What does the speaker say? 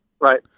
Right